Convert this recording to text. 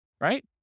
right